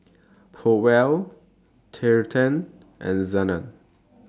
Powell Trenten and Zenas